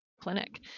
clinic